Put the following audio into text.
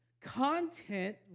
content